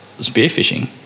spearfishing